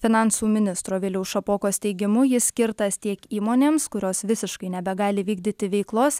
finansų ministro viliaus šapokos teigimu jis skirtas tiek įmonėms kurios visiškai nebegali vykdyti veiklos